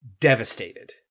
Devastated